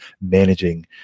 managing